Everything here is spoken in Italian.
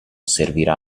servirà